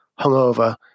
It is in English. hungover